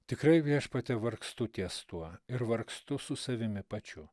tikrai viešpatie vargstu ties tuo ir vargstu su savimi pačiu